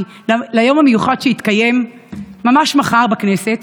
ליום המיוחד שיתקיים ממש מחר בכנסת,